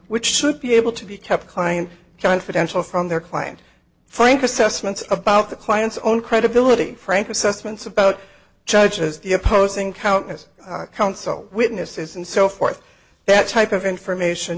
which should be able to be kept client confidential from their client frank assessments about the client's own credibility frank assessments about judges the opposing countless counsel witnesses and so forth that type of information